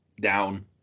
down